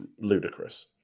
ludicrous